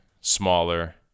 smaller